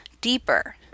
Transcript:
deeper